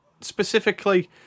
specifically